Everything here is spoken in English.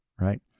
Right